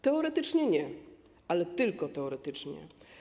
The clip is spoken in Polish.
Teoretycznie nie, ale tylko teoretycznie.